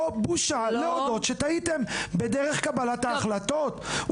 בושה להודות שטעיתם בדרך קבלת ההחלטות.